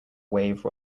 wave